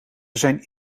zijn